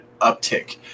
uptick